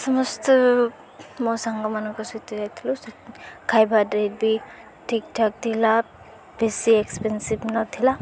ସମସ୍ତେ ମୋ ସାଙ୍ଗମାନଙ୍କ ସହିତ ଯାଇଥିଲୁ ଖାଇବାଟା ବି ଠିକ୍ଠାକ୍ ଥିଲା ବେଶୀ ଏକ୍ସପେନ୍ସିଭ ନଥିଲା